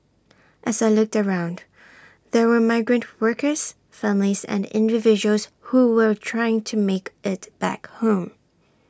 as I looked around there were migrant workers families and individuals who were trying to make IT back home